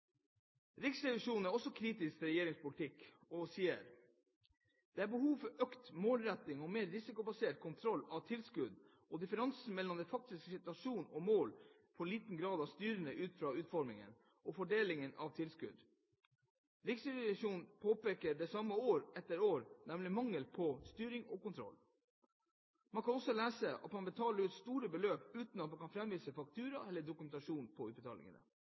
Riksrevisjonen er også kritisk til regjeringens politikk, og sier: Det er behov for økt målretting og mer risikobasert kontroll av tilskudd, og at differansen mellom den faktiske situasjonen og mål i for liten grad er styrende for utformingen og fordelingen av tilskudd. Riksrevisjonen påpeker det samme år etter år, nemlig mangel på styring og kontroll. Man kan også lese at man betaler ut store beløp uten at man kan fremvise faktura eller dokumentasjon på utbetalingene.